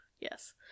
Yes